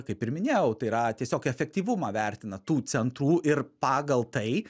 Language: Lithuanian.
kaip ir minėjau tai yra tiesiog efektyvumą vertina tų centrų ir pagal tai